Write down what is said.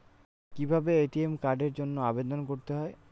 কিভাবে এ.টি.এম কার্ডের জন্য আবেদন করতে হয়?